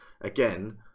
Again